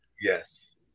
Yes